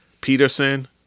Peterson